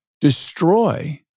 destroy